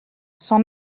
sans